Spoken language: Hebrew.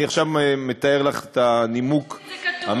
אני עכשיו מתאר לך את הנימוק המשטרתי,